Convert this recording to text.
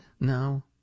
No